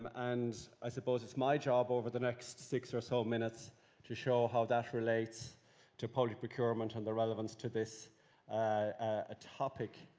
um and i suppose it's my job over the next six or so minutes to show how that relates to public procurement and the relevance to this ah topic.